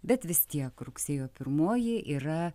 bet vis tiek rugsėjo pirmoji yra